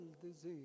disease